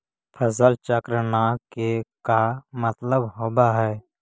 फसल चक्र न के का मतलब होब है?